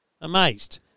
Amazed